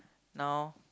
now